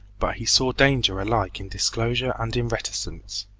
but he saw danger alike in disclosure and in reticence.